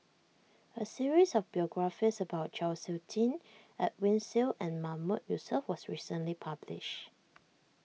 a series of biographies about Chau Sik Ting Edwin Siew and Mahmood Yusof was recently published